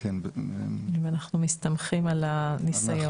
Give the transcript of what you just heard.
אם אנחנו מסתמכים על הניסיון.